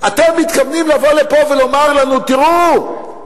אתם מתכוונים לבוא לפה ולומר לנו: תראו,